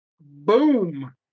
Boom